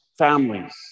families